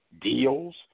deals